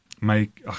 make